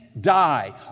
die